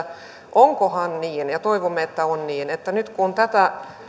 onkohan niin ja toivomme että on niin että nyt kun tätä